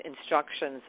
instructions